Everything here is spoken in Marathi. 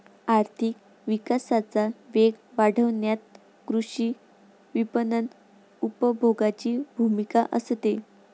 आर्थिक विकासाचा वेग वाढवण्यात कृषी विपणन उपभोगाची भूमिका असते